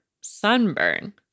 sunburn